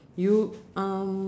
you um